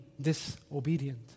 disobedient